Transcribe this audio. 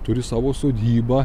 turi savo sodybą